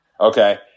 Okay